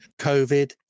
COVID